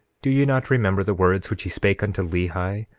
do ye not remember the words which he spake unto lehi,